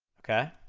okay?